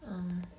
uh